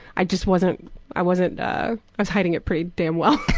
i just wasn't i wasn't ah i was hiding it pretty damn well.